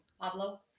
Pablo